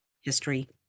history